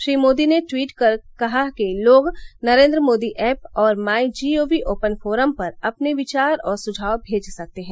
श्री मोदी ने ट्वीट कर कहा है कि लोग नरेन्द्र मोदी ऐप और my G O V open forum पर अपने विचार और सुझाव भेज सकते हैं